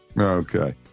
Okay